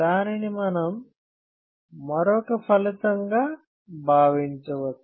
దానిని మనం మరొక ఫలితంగా భావించవచ్చు